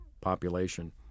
population